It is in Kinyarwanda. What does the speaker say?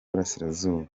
burasirazuba